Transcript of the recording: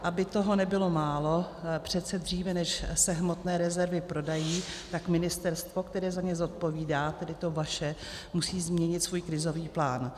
Aby toho nebylo málo, přece dříve, než se hmotné rezervy prodají, tak ministerstvo, které za ně zodpovídá, tedy to vaše, musí změnit svůj krizový plán.